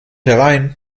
herein